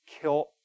Kill